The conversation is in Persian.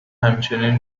همچنین